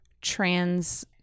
trans